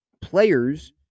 players